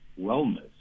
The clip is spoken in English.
Wellness